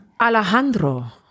Alejandro